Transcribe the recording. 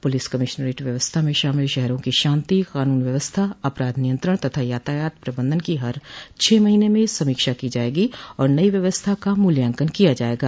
police commissionerate व्यवस्था में शामिल शहरों की शांति कानून व्यवस्था अपराध नियंत्रण तथा यातायात प्रबंधन की हर छह महीने में समीक्षा की जायेगी और नई व्यवस्था का मूल्यांकन किया जायेगा